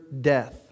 death